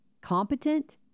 competent